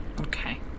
Okay